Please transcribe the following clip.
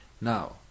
Now